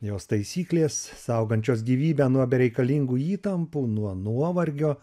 jos taisyklės saugančios gyvybę nuo bereikalingų įtampų nuo nuovargio